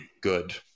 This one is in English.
good